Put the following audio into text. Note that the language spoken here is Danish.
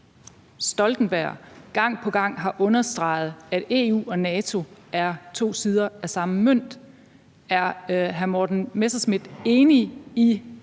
Stoltenberg gang på gang har understreget, at EU og NATO er to sider af samme mønt. Er hr. Morten Messerschmidt enig i